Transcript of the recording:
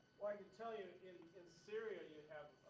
like tell you in syria, you have